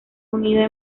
unida